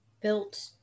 built